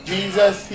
Jesus